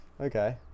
Okay